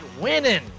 winning